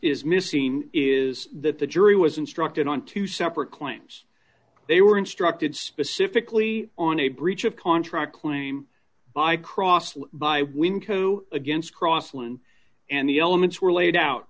is missing is that the jury was instructed on two separate coins they were instructed specifically on a breach of contract claim by crossed by winco against prof lynn and the elements were laid out